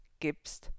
gibst